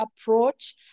approach